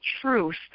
truth